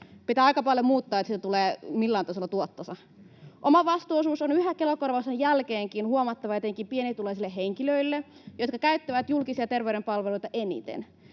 pitää aika paljon muuttaa, että siitä tulee millään tasolla tuottoisa. Omavastuuosuus on yhä Kela-korvauksen jälkeenkin huomattava etenkin pienituloisille henkilöille, jotka käyttävät julkisia terveydenpalveluita eniten,